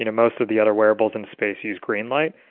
you know most of the other wearables in space use green light.